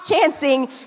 chancing